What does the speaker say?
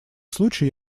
случай